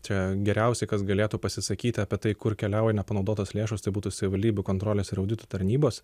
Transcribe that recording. čia geriausiai kas galėtų pasisakyti apie tai kur keliauja nepanaudotos lėšos tai būtų savivaldybių kontrolės ir audito tarnybos